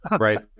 Right